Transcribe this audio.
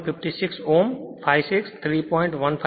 56 ઓદ્મ 5 6 3